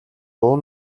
дуу